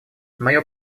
мое